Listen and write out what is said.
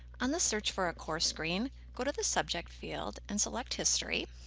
on the search for a course screen, go to the subject field and select history,